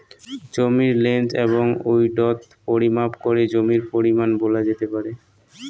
জমির লেন্থ এবং উইড্থ পরিমাপ করে জমির পরিমান বলা যেতে পারে